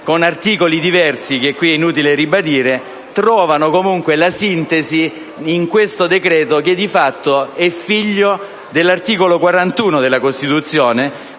con articoli diversi che qui è inutile ribadire, trovano comunque la sintesi in questo decreto che, di fatto, è figlio dell'articolo 41 della Costituzione: